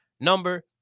number